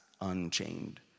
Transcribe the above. unchained